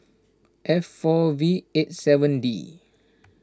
F four V eight seven D